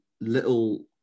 little